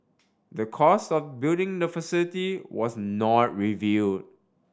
the cost of building the facility was not reveal